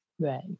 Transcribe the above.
right